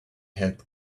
had